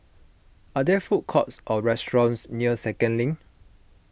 are there food courts or restaurants near Second Link